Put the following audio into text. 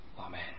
Amen